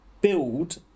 build